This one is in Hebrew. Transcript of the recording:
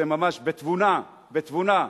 שממש בתבונה, בתבונה,